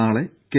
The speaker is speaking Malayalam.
നാളെ കെ